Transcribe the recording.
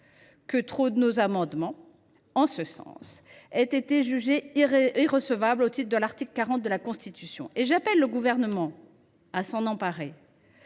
que tant de nos amendements aient été jugés irrecevables au titre de l’article 40 de la Constitution et j’appelle le Gouvernement à s’emparer